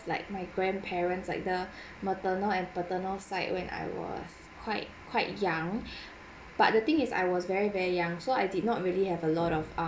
like my grandparents like the maternal and paternal side when I was quite quite young but the thing is I was very very young so I did not really have a lot of um